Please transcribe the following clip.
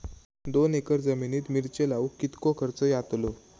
दोन एकर जमिनीत मिरचे लाऊक कितको खर्च यातलो?